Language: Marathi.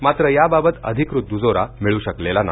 मात्र याबाबत अधिकृत दूजोरा मिळू शकलेला नाही